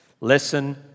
Listen